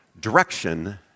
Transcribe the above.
direction